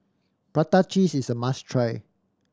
prata cheese is a must try